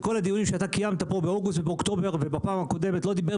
בכל הדיונים שקיימת פה באוגוסט ובאוקטובר ובפעם הקודמת לא דיברו